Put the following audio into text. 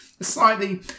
slightly